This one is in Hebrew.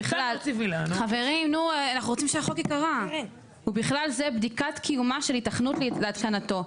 ובכלל זה בדיקת קיומה של היתכנות להתקנתו,